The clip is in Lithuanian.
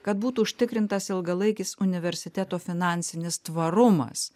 kad būtų užtikrintas ilgalaikis universiteto finansinis tvarumas